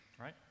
right